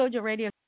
Radio